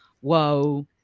whoa